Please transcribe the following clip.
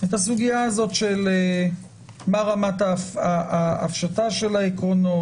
מה רמת ההפשטה של העקרונות?